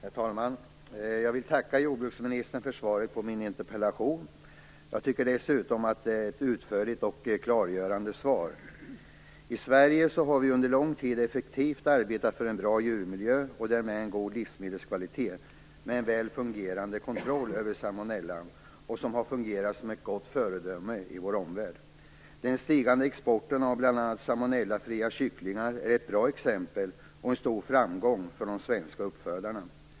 Herr talman! Jag vill tacka jordbruksministern för svaret på min interpellation. Jag tycker dessutom att det är ett utförligt och klargörande svar. I Sverige har vi under lång tid effektivt arbetat för en bra djurmiljö och därmed en god livsmedelskvalitet med en väl fungerande kontroll av salmonella. Detta har fungerat som ett gott föredöme för vår omvärld. Den stigande exporten av bl.a. salmonellafria kycklingar är ett bra exempel och en stor framgång för de svenska uppfödarna.